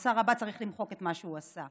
אז השר הבא צריך למחוק את מה שהוא עשה.